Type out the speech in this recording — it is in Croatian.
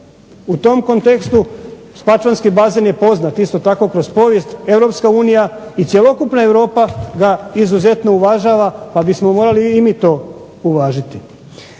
U tom kontekstu spačvanski bazen je poznat isto tako kroz povijest. Europska unije i cjelokupna Europa ga izuzetno uvažava, pa bismo morali i mi to uvažiti.